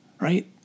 right